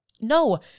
No